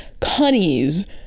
cunnies